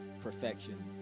perfection